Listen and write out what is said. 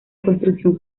construcción